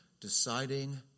deciding